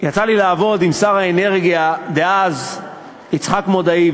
עם שר האנרגיה דאז יצחק מודעי.